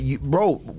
bro